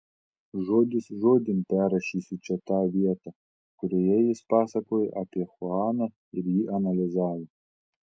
žodis žodin perrašysiu čia tą vietą kurioje jis pasakojo apie chuaną ir jį analizavo